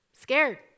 Scared